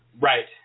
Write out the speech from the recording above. Right